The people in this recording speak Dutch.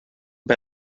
bij